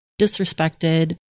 disrespected